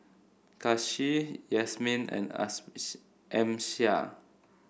Kasih Yasmin and Amsyar